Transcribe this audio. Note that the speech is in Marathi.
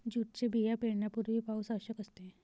जूटचे बिया पेरण्यापूर्वी पाऊस आवश्यक असते